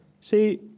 See